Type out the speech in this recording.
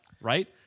right